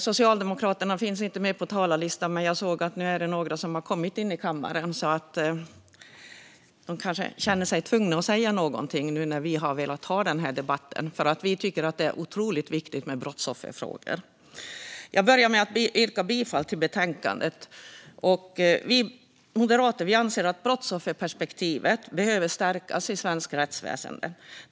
Socialdemokraterna finns inte med på talarlistan, men jag ser att några har kommit in i kammaren. De kanske känner sig tvungna att säga någonting nu när vi moderater har velat ha debatten. Vi tycker att brottsofferfrågor är otroligt viktiga. Jag börjar med att yrka bifall till förslaget i betänkandet. Vi moderater anser att brottsofferperspektivet behöver stärkas i svenskt rättsväsen.